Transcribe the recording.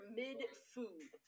mid-food